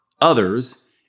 others